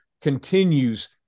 continues